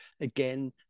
again